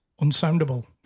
Unsoundable